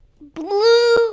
Blue